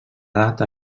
data